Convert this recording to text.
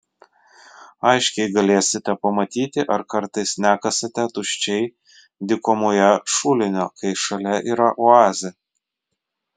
aiškiai galėsite pamatyti ar kartais nekasate tuščiai dykumoje šulinio kai šalia yra oazė